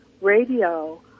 radio